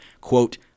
quote